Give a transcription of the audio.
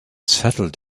settled